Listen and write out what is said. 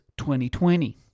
2020